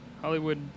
Hollywood